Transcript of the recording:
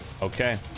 Okay